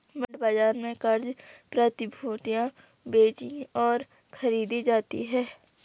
bond बाजार में क़र्ज़ प्रतिभूतियां बेचीं और खरीदी जाती हैं